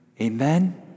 Amen